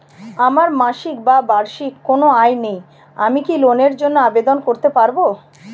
আমার মাসিক বা বার্ষিক কোন আয় নেই আমি কি লোনের জন্য আবেদন করতে পারব?